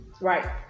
right